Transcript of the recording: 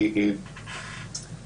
אין הצדקה אפידמיולוגית להבחנה בין מחוסן